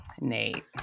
Nate